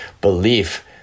belief